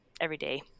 everyday